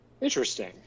Interesting